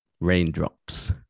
raindrops